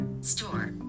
store